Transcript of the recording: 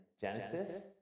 Genesis